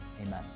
Amen